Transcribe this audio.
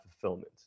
fulfillment